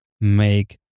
make